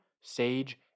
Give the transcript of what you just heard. sage